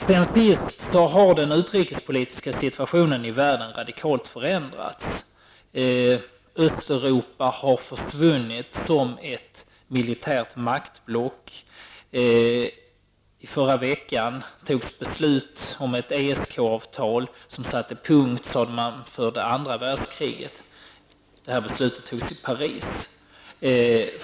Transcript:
Sedan sist har den utrikespolitiska situationen i världen radikalt förändrats. Östeuropa har försvunnit som ett militärt maktblock. I förra veckan togs beslut om ett ESK-avtal som satte punkt, sade man, för det andra världskriget. Detta beslut togs i Paris.